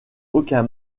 aucun